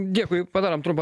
dėkui padarom trumpą